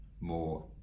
more